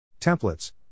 Templates